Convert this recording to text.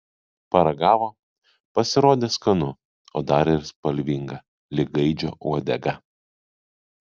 paragavo pasirodė skanu o dar ir spalvinga lyg gaidžio uodega